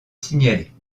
signaler